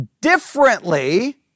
differently